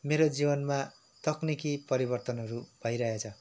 मेरो जीवनमा तकनिकी परिवर्तनहरू भइरहेछ